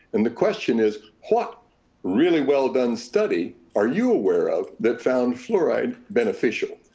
and the question is what really well done study are you aware of that found fluoride beneficial?